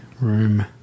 room